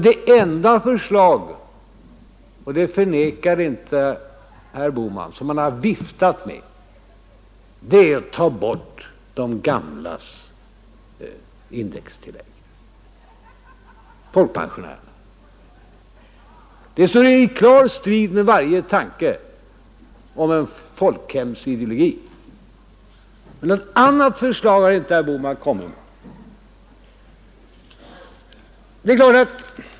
Det enda förslag — det förnekar inte herr Bohman — som ni har viftat med är att ta bort folkpensionärernas indextillägg. Det står i klar strid med varje tanke om en folkhemsideologi. Något annat förslag har inte herr Bohman kommit med.